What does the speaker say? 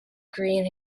green